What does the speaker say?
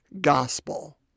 gospel